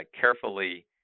carefully